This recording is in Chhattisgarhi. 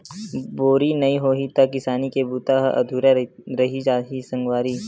बोरी नइ होही त किसानी के बूता ह अधुरा रहि जाही सगवारी